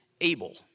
able